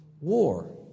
war